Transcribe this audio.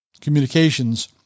communications